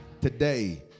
Today